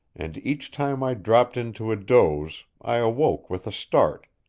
and each time i dropped into a doze i awoke with a start,